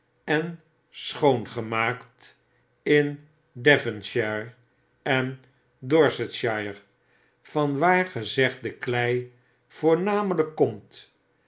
en schoongemaakt in devonshire en dorsetshire vanwaar gezegde klei voornameiyk komt